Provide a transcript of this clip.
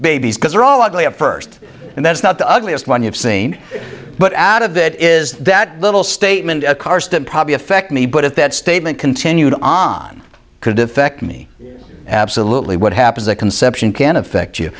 babies because they're all ugly at first and that's not the ugliest one you've seen but out of that is that little statement carsten probably affect me but at that statement continued on could affect me absolutely what happens at conception can affect you